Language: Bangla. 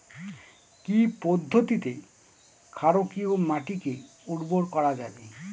কি পদ্ধতিতে ক্ষারকীয় মাটিকে উর্বর করা যাবে?